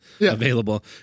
available